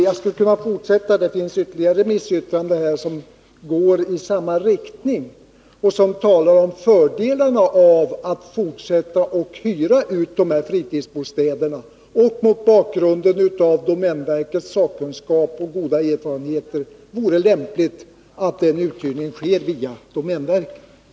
Jag skulle kunna fortsätta med ytterligare remissyttranden som går i samma riktning och talar om fördelarna med att hyra ut fritidsbostäderna. Mot bakgrund av domänverkets sakkunskap och goda erfarenhet vore det lämpligt att den uthyrningen sker via domänverket.